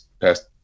past